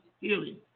healing